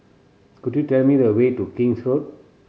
could you tell me the way to King's Road